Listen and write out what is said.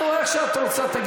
תקראי לזה איך שאת רוצה.